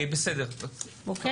אני